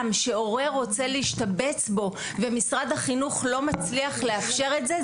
שהורה רוצה להשתבץ בו ומשרד החינוך לא מצליח לאפשר את זה,